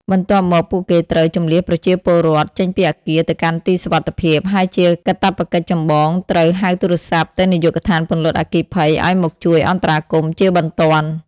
បន្ទាប់មក ពួកគេត្រូវ ជម្លៀសប្រជាពលរដ្ឋ ចេញពីអគារទៅកាន់ទីសុវត្ថិភាព ហើយជាកាតព្វកិច្ចចម្បង ត្រូវ ហៅទូរស័ព្ទទៅនាយកដ្ឋានពន្លត់អគ្គិភ័យ ឲ្យមកជួយអន្តរាគមន៍ជាបន្ទាន់។